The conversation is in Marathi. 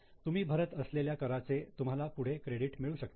तुम्ही भरत असलेल्या कराचे तुम्हाला पुढे क्रेडिट मिळू शकेल